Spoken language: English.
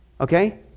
Okay